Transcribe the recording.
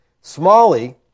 Smalley